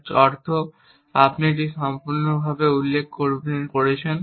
যার অর্থ আপনি এটি সম্পূর্ণভাবে উল্লেখ করেছেন